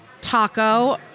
taco